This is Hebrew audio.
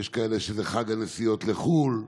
יש כאלה שזה חג הנסיעות לחו"ל,